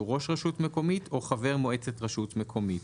ראש רשות מקומית או חבר מועצת רשות מקומית."